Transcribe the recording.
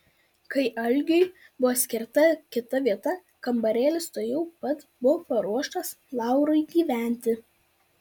kai algiui buvo skirta kita vieta kambarėlis tuojau pat buvo paruoštas laurui gyventi